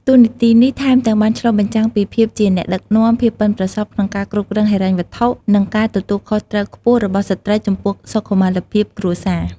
តួនាទីនេះថែមទាំងបានឆ្លុះបញ្ចាំងពីភាពជាអ្នកដឹកនាំ ភាពប៉ិនប្រសប់ក្នុងការគ្រប់គ្រងហិរញ្ញវត្ថុ និងការទទួលខុសត្រូវខ្ពស់របស់ស្ត្រីចំពោះសុខុមាលភាពគ្រួសារ។